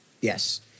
Yes